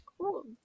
Cool